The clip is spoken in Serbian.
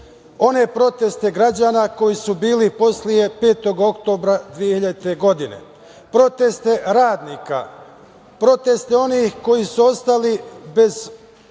one proteste građana koji su bili posle 5. oktobra 2000. godine, proteste radnika, proteste onih koji su ostali bez